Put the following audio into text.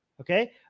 okay